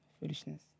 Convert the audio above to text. Foolishness